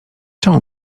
czemu